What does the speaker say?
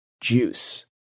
juice